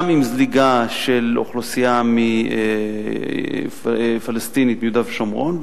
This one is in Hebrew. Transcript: גם עם זליגה של אוכלוסייה פלסטינית מיהודה ושומרון,